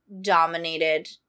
dominated